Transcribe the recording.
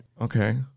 okay